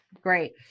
Great